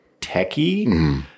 techy